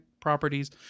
properties